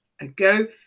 ago